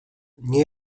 nie